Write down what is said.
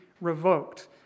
revoked